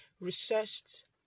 researched